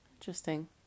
Interesting